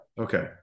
Okay